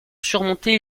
surmonter